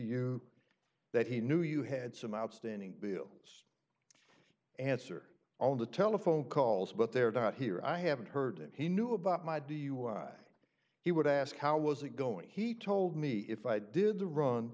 you that he knew you had some outstanding bills answer on the telephone calls but they're not here i haven't heard that he knew about my do you why he would ask how was it going he told me if i did the run